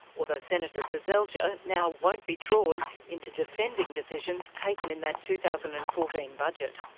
although senator seselja now won't be drawn into defending decisions taken in that two thousand and fourteen budget.